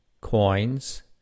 coins